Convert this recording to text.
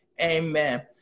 Amen